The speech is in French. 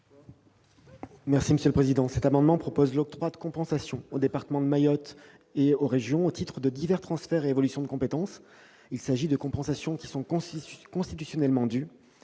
est à M. le secrétaire d'État. Cet amendement vise à octroyer des compensations au département de Mayotte et aux régions au titre de divers transferts et évolutions de compétences. Ces compensations sont constitutionnellement dues.